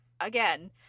again